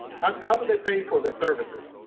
um how do they pay for the services?